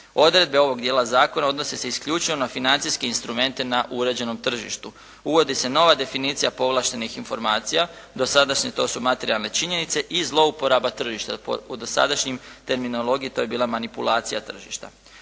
Odredbe ovog dijela zakona odnose se isključivo na financijske instrumente na uređenom tržištu. Uvodi se nova definicija povlaštenih informacija. Do sada to su materijalne činjenice i zlouporaba tržišta. U dosadašnjoj terminologoji to je bila manipulacija tržišta.